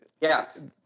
Yes